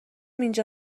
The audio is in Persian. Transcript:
اینجا